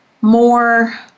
more